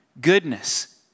goodness